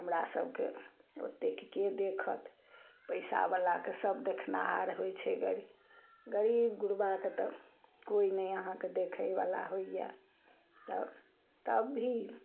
हमरा सभके ओतेकके देखत पैसावला के सभ देखनाहर होइ छै गरी गरीब गुरबाके तऽ कोइ नहि अहाँके देखयवला होइए तऽ तब भी